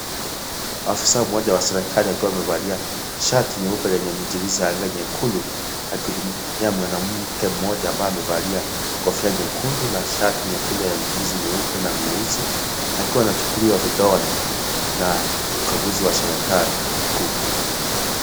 Afisa mmoja wa serikali akiwa amevalia shati nyeupe lenye mijilizi ya rangi nyekundu akimhudumia mwanamke mmoja ambaye amevalia kofia nyekundu na shati nyekundu yenye mijilizi meupe na mieusi akiwa anachukuliwa vidole na mkaguzi wa serikali kuu.